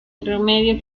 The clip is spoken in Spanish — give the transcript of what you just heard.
remedio